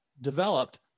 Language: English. developed